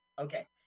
okay